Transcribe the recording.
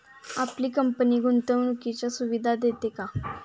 आपली कंपनी गुंतवणुकीच्या सुविधा देते का?